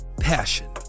Passion